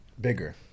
Bigger